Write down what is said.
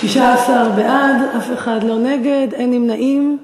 16 בעד, אף אחד לא נגד, אין נמנעים.